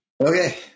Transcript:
Okay